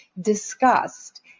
discussed